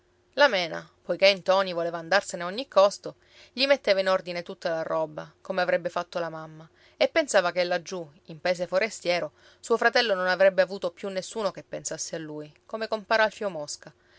la mena poiché ntoni voleva andarsene a ogni costo gli metteva in ordine tutta la roba come avrebbe fatto la mamma e pensava che laggiù in paese forestiero suo fratello non avrebbe avuto più nessuno che pensasse a lui come compar alfio mosca